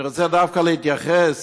אני רוצה דווקא להתייחס